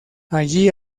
allí